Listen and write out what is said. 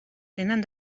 tenen